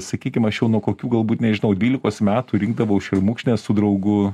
sakykim aš jau nuo kokių galbūt nežinau dvylikos metų rinkdavau šermukšnes su draugu